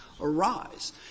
arise